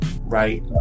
right